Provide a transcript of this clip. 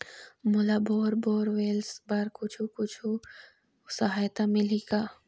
मोला bore borewells बर कुछू कछु सहायता मिलही का?